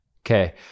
Okay